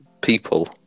People